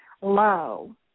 low